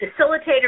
facilitator